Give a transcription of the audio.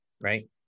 right